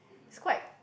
is quite